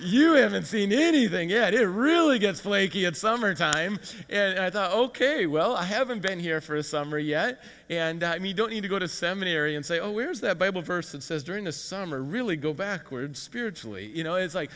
you haven't seen anything it is a really good flaky and summer time and i thought ok well i haven't been here for a summer yet and i mean don't need to go to seminary and say oh where's that bible verse that says during the summer really go backwards spiritually you know it's like